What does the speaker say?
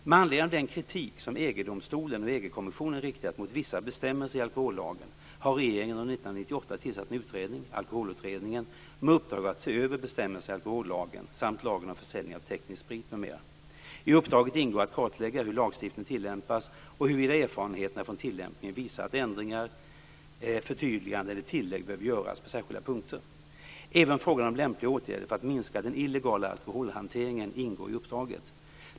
Med anledning av bl.a. den kritik som EG domstolen och EG-kommissionen riktat mot vissa bestämmelser i alkohollagen har regeringen under uppdraget ingår att kartlägga hur lagstiftningen tilllämpas och huruvida erfarenheterna från tillämpningen visar att ändringar, förtydliganden eller tillägg behövs på särskilda punkter. Även frågan om lämpliga åtgärder för att minska den illegala alkoholhanteringen ingår i uppdraget.